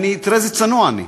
תראה איזה צנוע אני,